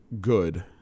good